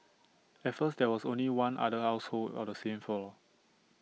at first there was only one other household on the same floor